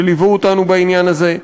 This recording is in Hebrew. שליוו אותנו בעניין הזה,